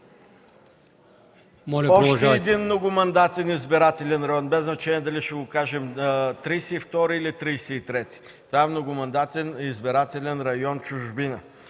още един многомандатен избирателен район, без значение дали ще го кажем 32-и или 33-и многомандатен избирателен район в чужбина,